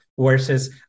Versus